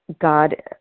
God